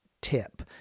tip